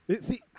See